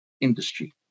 industry